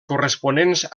corresponents